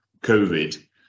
COVID